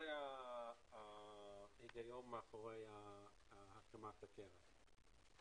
זה היה ההיגיון מאחורי הקמת הקרן.